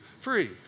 free